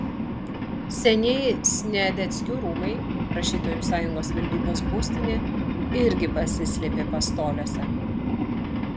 senieji sniadeckių rūmai rašytojų sąjungos valdybos būstinė irgi pasislėpė pastoliuose